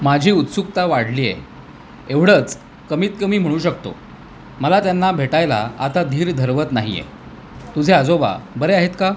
माझी उत्सुकता वाढली आहे एवढंच कमीत कमी म्हणू शकतो मला त्यांना भेटायला आता धीर धरवत नाही आहे तुझे आजोबा बरे आहेत का